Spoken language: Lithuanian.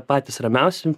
patys ramiausi